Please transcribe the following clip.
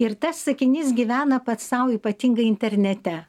ir tas sakinys gyvena pats sau ypatingai internete